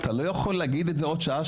אתה לא יכול להגיד את זה עוד שעה,